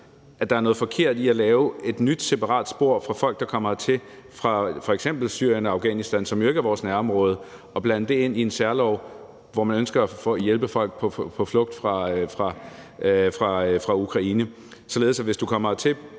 at der er noget forkert i at lave et nyt separat spor for folk, der kommer hertil fra f.eks. Syrien og Afghanistan, som jo ikke er vores nærområde, og blande det ind i en særlov, hvor man ønsker at hjælpe folk på flugt fra Ukraine, således at hvis du er